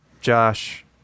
Josh